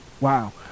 Wow